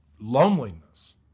loneliness